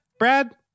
brad